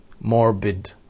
morbid